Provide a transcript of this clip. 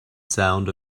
sound